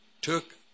took